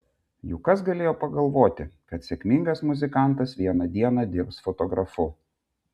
juk kas galėjo pagalvoti kad sėkmingas muzikantas vieną dieną dirbs fotografu